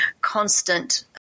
constant